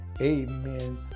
Amen